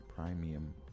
premium